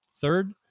Third